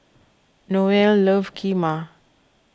Noelle loves Kheema